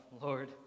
Lord